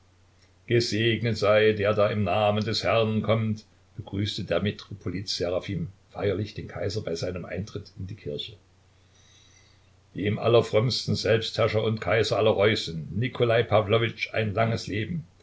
gesegnet sei der da im namen des herrn kommt begrüßte der metropolit seraphim feierlich den kaiser bei seinem eintritt in die kirche dem allerfrömmsten selbstherrscher und kaiser aller reußen nikolai pawlowitsch ein langes leben